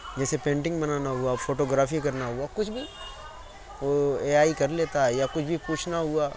جیسے پینٹنگ بنانا ہوا فوٹوگرافی کرنا ہوا کچھ بھی وہ اے آئی کر لیتا ہے یا کچھ بھی پوچھنا ہوا